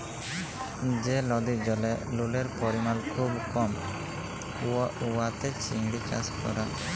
যে লদির জলে লুলের পরিমাল খুব কম উয়াতে চিংড়ি চাষ ক্যরা